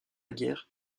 guerre